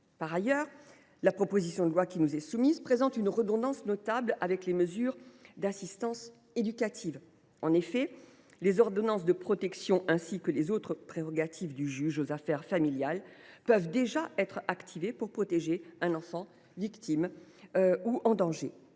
Par ailleurs, la proposition de loi qui nous est soumise présente une redondance notable avec les mesures d’assistance éducative. En effet, les ordonnances de protection, ainsi que les autres prérogatives du juge aux affaires familiales, peuvent d’ores et déjà être activées pour protéger un enfant victime ou en danger.